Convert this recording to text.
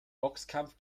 boxkampf